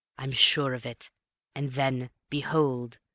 i'm sure of it and then, behold!